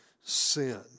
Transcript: sin